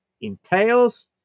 entails